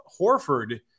Horford